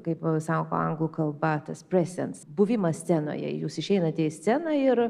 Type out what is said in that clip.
kaip sako anglų kalba tas presens buvimas scenoje jūs išeinate į sceną ir